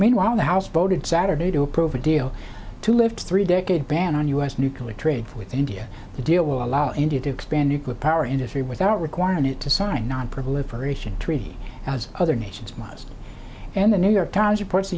meanwhile the house voted saturday to approve a deal to lift three decade ban on u s nuclear trade with india the deal will allow india to expand nuclear power industry without requiring it to sign nonproliferation treaty as other nations must and the new york times reports